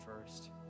first